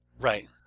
Right